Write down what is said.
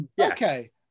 Okay